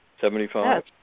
Seventy-five